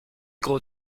gros